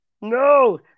No